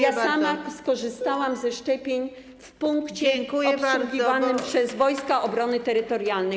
Ja sama skorzystałam ze szczepień w punkcie obsługiwanym przez Wojska Obrony Terytorialnej.